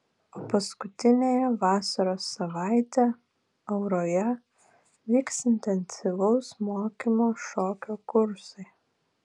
o paskutiniąją vasaros savaitę auroje vyks intensyvaus mokymo šokio kursai